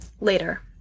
Later